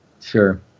Sure